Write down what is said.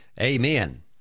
Amen